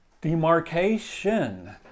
demarcation